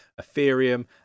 Ethereum